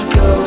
go